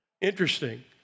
Interesting